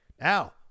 now